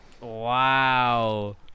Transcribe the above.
Wow